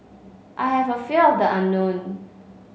I have a fear of the unknown